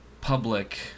public